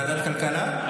ועדת כלכלה?